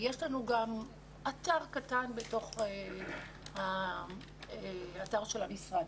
יש לנו גם אתר קטן בתוך האתר של המשרד